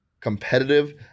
competitive